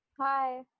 Hi